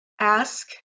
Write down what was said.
ask